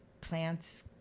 plants